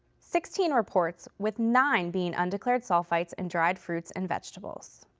sixteen reports, with nine being undeclared sulfites in dried fruits and vegetables.